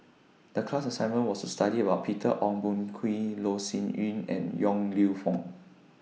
The class assignment was to study about Peter Ong Boon Kwee Loh Sin Yun and Yong Lew Foong